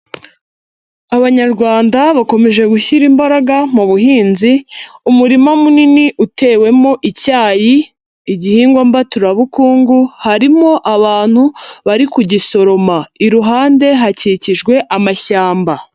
Abanyarwanda bakomeje gushyira imbaraga mu buhinzi, umurima munini utewemo icyayi, igihingwa mbaturabukungu, harimo abantu bari kugisoroma, iruhande hakikijwe amashyamba.